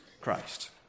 Christ